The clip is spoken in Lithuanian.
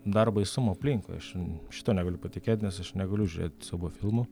dar baisumų aplinkui aš šituo negaliu patikėt nes aš negaliu žiūrėt siaubo filmų